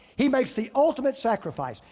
he makes the ultimate sacrifice.